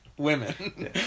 Women